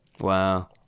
wow